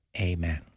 amen